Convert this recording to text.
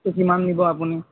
কিমান নিব আপুনি